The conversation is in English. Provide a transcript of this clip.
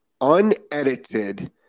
unedited